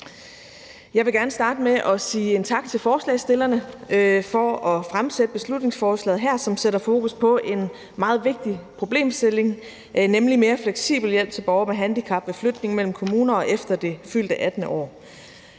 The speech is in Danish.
Jeg vil gerne starte med at sige tak til forslagsstillerne for at fremsætte beslutningsforslaget her, som sætter fokus på en meget vigtig problemstilling, nemlig mere fleksibel hjælp til borgere med handicap ved flytning mellem kommuner og efter det fyldte 18. år.